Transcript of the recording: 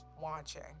watching